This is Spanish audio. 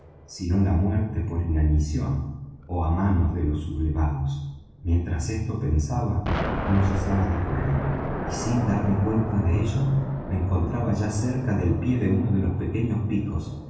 sino la muerte por inanición ó á manos de los sublevados mientras esto pensaba no cesaba de correr y sin darme cuenta de ello me encontraba ya cerca del pie de uno de los pequeños picos